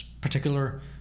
particular